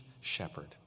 shepherd